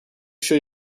show